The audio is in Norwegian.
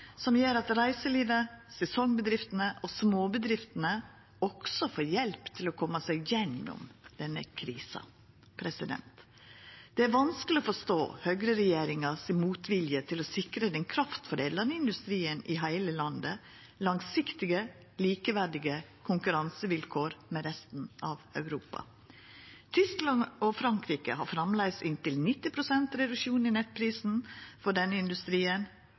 som gjer at reiselivet, sesongbedriftene og småbedriftene også får hjelp til å koma seg gjennom denne krisa. Det er vanskeleg å forstå Høgre-regjeringa si motvilje mot å sikra den kraftforedlande industrien i heile landet langsiktige, likeverdige konkurransevilkår med resten av Europa. Tyskland og Frankrike har framleis inntil 90 pst. reduksjon i nettprisen for denne industrien.